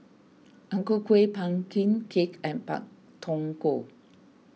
Ang Ku Kueh Pumpkin Cake and Pak Thong Ko